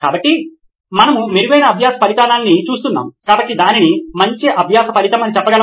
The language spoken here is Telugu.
కాబట్టి మనము మెరుగైన అభ్యాస ఫలితాన్ని చూస్తున్నాము కాబట్టి దానిని మంచి అభ్యాస ఫలితం అని చెప్పగలమా